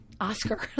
Oscar